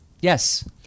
Yes